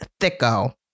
Thicko